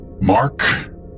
Mark